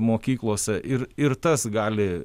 mokyklose ir ir tas gali